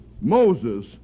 Moses